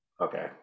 Okay